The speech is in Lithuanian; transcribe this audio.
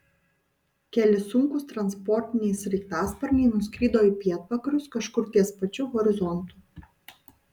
keli sunkūs transportiniai sraigtasparniai nuskrido į pietvakarius kažkur ties pačiu horizontu